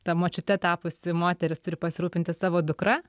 ta močiute tapusi moteris turi pasirūpinti savo dukra